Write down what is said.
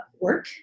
work